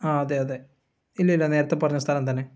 ആ അതെ അതെ ഇല്ലില്ല നേരത്തെ പറഞ്ഞ സ്ഥലം തന്നെ